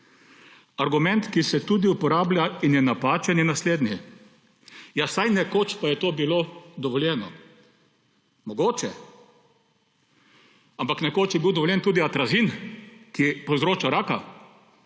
Argument, ki se tudi uporablja in je napačen, je naslednji, ja, saj nekoč pa je to bilo dovoljeno. Mogoče. Ampak nekoč je bil dovoljen tudi atrazin, ki povzroča raka.